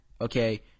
okay